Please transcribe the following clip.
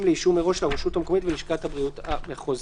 לאישור מראש של הרשות המקומית ולשכת הבריאות המחוזית".